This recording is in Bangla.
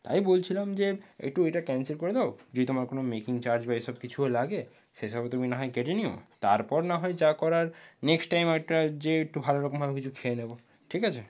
তাই বলছিলাম যে একটু এটা ক্যান্সেল করে দাও যদি তোমার কোনও মেকিং চার্জ বা এসব কিছুও লাগে সেসবও না হয় তুমি কেটে নিও তারপর নাহয় যা করার নেক্সট টাইম একটু এ যে একটু ভালো রকমভাবে কিছু খেয়ে নেবো ঠিক আছে